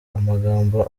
amagambo